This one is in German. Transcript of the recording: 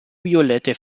violette